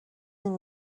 این